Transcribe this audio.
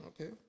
okay